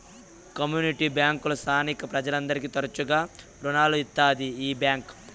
community బ్యాంకులు స్థానిక ప్రజలందరికీ తరచుగా రుణాలు ఇత్తాది ఈ బ్యాంక్